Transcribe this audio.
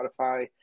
Spotify